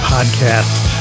Podcast